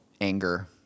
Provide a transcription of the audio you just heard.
anger